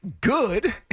good